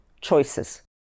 choices